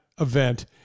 event